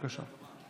בבקשה.